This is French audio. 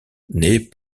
naît